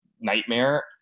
nightmare